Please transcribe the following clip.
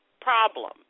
problem